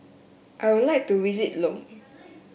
I would like to visit Lome